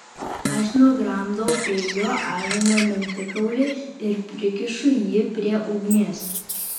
aš nugramdau peiliu avino mentikaulį ir prikišu jį prie ugnies